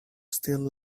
still